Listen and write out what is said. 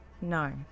No